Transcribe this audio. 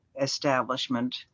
establishment